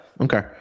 okay